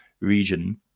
region